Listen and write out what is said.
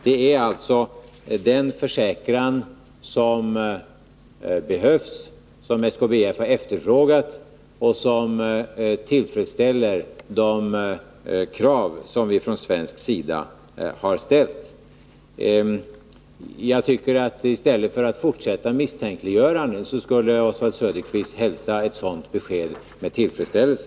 Det är denna försäkran som SKBF har efterfrågat och som tillfredsställer de krav som vi från svensk sida har ställt. Jag tycker att Oswald Söderqvist i stället för att fortsätta misstänkliggörandet skulle hälsa ett sådant besked med tillfredsställelse.